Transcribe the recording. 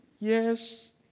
Yes